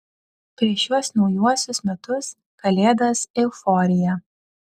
prieš šiuos naujuosius metus kalėdas euforija